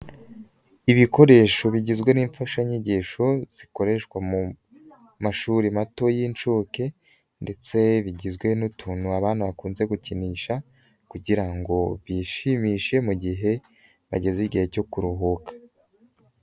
Ibikoresho bigizwe n'imfashanyigisho, zikoreshwa mu mashuri mato y'inshuke, ndetse bigizwe n'utuntu abana bakunze gukinisha kugira ngo bishimishe mu gihe bageze igihe cyo kuruhuka.